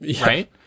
Right